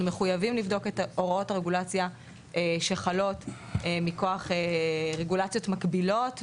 אנחנו מחויבים לבדוק את הוראות הרגולציה שחלות מכוח רגולציות מקבילות,